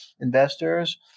investors